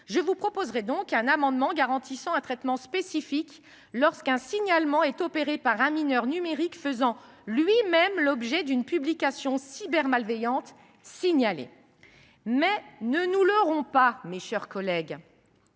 Je vous proposerai donc un amendement visant à garantir un traitement spécifique lorsqu’un signalement est opéré par un mineur numérique faisant lui même l’objet d’une publication cybermalveillante signalée. Mais ne nous leurrons pas, mes chers collègues